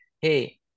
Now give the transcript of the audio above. Hey